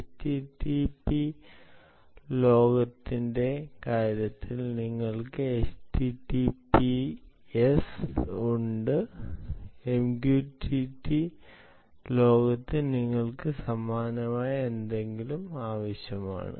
http ലോകത്തിന്റെ കാര്യത്തിൽ നിങ്ങൾക്ക് https ഉണ്ട് MQTT ലോകത്ത് നിങ്ങൾക്ക് സമാനമായ എന്തെങ്കിലും ആവശ്യമാണ്